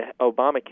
Obamacare